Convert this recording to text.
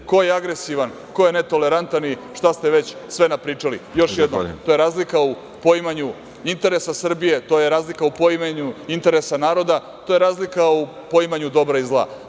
Ko je agresivan, ko je netolerantan i šta ste već sve napričali, još jednom, to je razlika u poimanju interesa Srbije, u poimanju interesa naroda, to je razlika u poimanju dobra i zla.